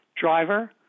driver